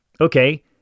Okay